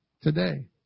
today